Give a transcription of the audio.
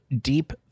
Deep